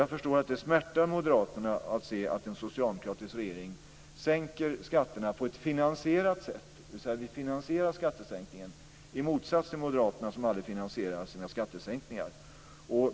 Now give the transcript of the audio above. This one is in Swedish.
Jag förstår att det smärtar Moderaterna att se att en socialdemokratisk regering sänker skatterna på ett finansierat sätt, dvs. att vi finansierar skattesänkningen i motsats till Moderaterna som aldrig finansierar sina skattesänkningar.